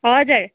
हजुर